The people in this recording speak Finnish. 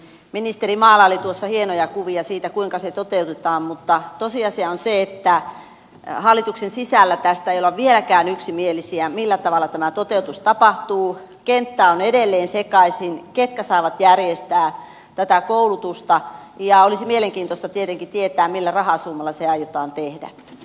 ministeri maalaili tuossa hienoja kuvia siitä kuinka se toteutetaan mutta tosiasia on se että hallituksen sisällä ei olla vieläkään yksimielisiä siitä millä tavalla tämä toteutus tapahtuu kenttä on edelleen sekaisin ketkä saavat järjestää tätä koulutusta ja olisi mielenkiintoista tietenkin tietää millä rahasummalla se aiotaan tehdä